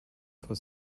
for